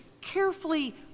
carefully